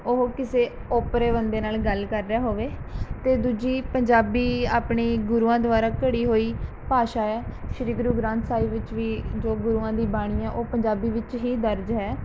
ਉਹ ਕਿਸੇ ਓਪਰੇ ਬੰਦੇ ਨਾਲ਼ ਗੱਲ ਕਰ ਰਿਹਾ ਹੋਵੇ ਅਤੇ ਦੂਜੀ ਪੰਜਾਬੀ ਆਪਣੀ ਗੁਰੂਆਂ ਦੁਆਰਾ ਘੜੀ ਹੋਈ ਭਾਸ਼ਾ ਹੈ ਸ਼੍ਰੀ ਗੁਰੂ ਗ੍ਰੰਥ ਸਾਹਿਬ ਵਿੱਚ ਵੀ ਜੋ ਗੁਰੂਆਂ ਦੀ ਬਾਣੀ ਹੈ ਉਹ ਪੰਜਾਬੀ ਵਿੱਚ ਹੀ ਦਰਜ ਹੈ